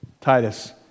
Titus